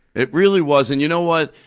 it really was. and you know what?